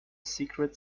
secret